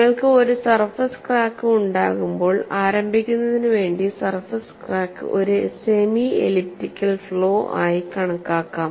നിങ്ങൾക്ക് ഒരു surface crack ഉണ്ടാകുമ്പോൾ ആരംഭിക്കുന്നതിനു വേണ്ടി സർഫസ് ക്രാക്ക് ഒരു സെമി എലിപ്റ്റിക്കൽ ഫ്ലോ ആയി കണക്കാക്കാം